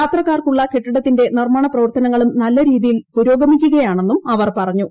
യാത്രക്കാർക്കുള്ള കെട്ടിട്ടത്തിന്റെ നിർമ്മാണപ്രവർത്തനങ്ങളും നല്ല രീതിയിൽ പുരോഗമിക്കുകയാണെന്നും അവർ പറഞ്ഞു